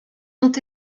ont